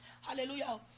Hallelujah